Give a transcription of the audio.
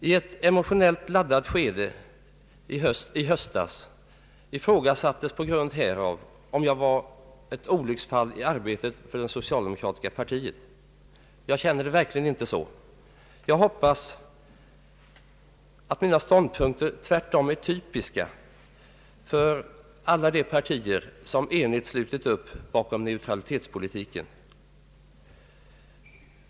I ett emotionellt laddat skede i höstas ifrågasattes på grund härav, om jag var ”ett olycksfall i arbetet för det socialdemokratiska partiet”. Jag känner det verkligen inte så. Jag hoppas att mina ståndpunkter tvärtom är typiska för alla de partier som enigt slutit upp bakom neutralitetspolitiken.